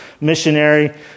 missionary